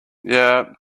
yeah